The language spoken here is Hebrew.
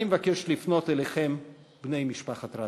אני מבקש לפנות אליכם, בני משפחת רבין.